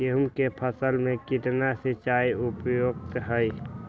गेंहू के फसल में केतना सिंचाई उपयुक्त हाइ?